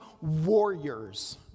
warriors